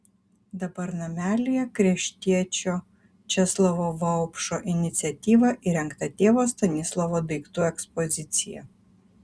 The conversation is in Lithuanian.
dabar namelyje kraštiečio česlovo vaupšo iniciatyva įrengta tėvo stanislovo daiktų ekspozicija